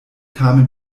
kamen